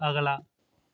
ਅਗਲਾ